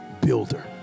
Builder